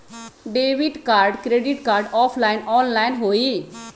Debit card credit card offline online होई?